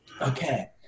okay